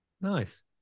Nice